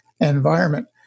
environment